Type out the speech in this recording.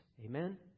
Amen